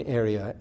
area